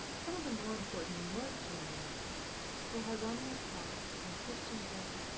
some of the more important north german makers were hieronymus hass and christian zell,